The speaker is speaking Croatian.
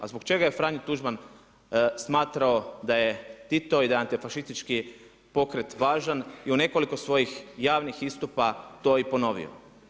A zbog čeka je dr. Franjo Tuđman smatrao da je Tito i da je antifašistički pokret važan i u nekoliko svojih javni istupa to i ponovio?